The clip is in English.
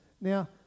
Now